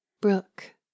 Brook